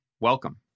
welcome